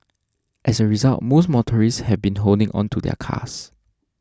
as a result most motorists have been holding on to their cars